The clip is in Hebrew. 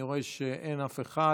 אני רואה שאין אף אחד.